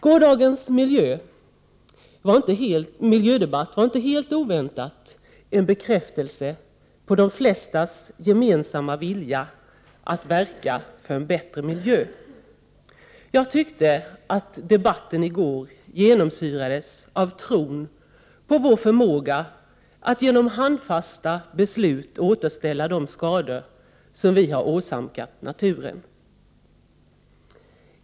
Gårdagens miljödebatt var inte helt oväntat en bekräftelse på de flestas gemensamma vilja att verka för en bättre miljö. Jag tyckte att debatten i går genomsyrades av tron på vår förmåga att genom handfasta beslut reparera de skador som vi åsamkat naturen.